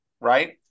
right